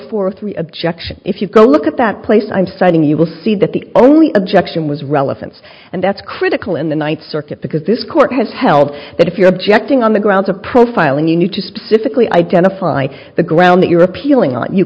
of the objection if you go look at that place i'm citing you will see that the only objection was relevance and that's critical in the one circuit because this court has held that if you're objecting on the grounds of profiling you need to specifically identify the ground you're appealing and you